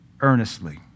earnestly